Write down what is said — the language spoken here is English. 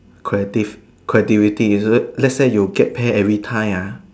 creative creativity is it let's say you get pay every time ah